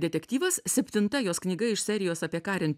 detektyvas septinta jos knyga iš serijos apie karin